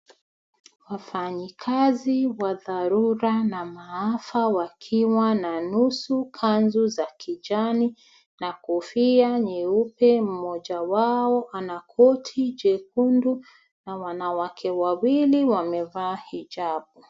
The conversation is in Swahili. Wafanyikazi wa dharura na maafa wakiwa na nusu kanzu ya kijani na kofia nyeupe. Moja wao ana koti jekundu na wanawake wawili wamevaa hijabu